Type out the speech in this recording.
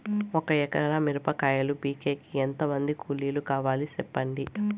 ఒక ఎకరా మిరప కాయలు పీకేకి ఎంత మంది కూలీలు కావాలి? సెప్పండి?